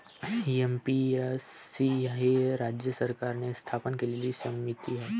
APMC ही राज्य सरकारने स्थापन केलेली समिती आहे